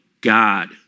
God